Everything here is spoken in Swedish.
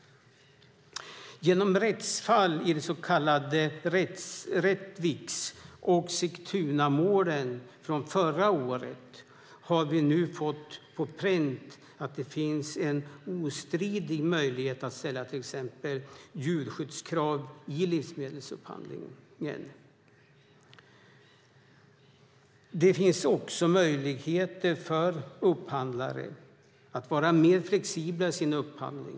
Genom rättsfall i de så kallade Rättviks och Sigtunamålen från förra året har vi nu fått på pränt att det finns en ostridig möjlighet att ställa till exempel djurskyddskrav i livsmedelsupphandlingar. Det finns också möjligheter för upphandlare att vara mer flexibla i sin upphandling.